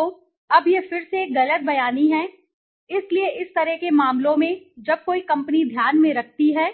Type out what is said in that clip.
तो अब यह फिर से एक गलत बयानी है इसलिए इस तरह के मामलों में जब कोई कंपनी ध्यान में रखती है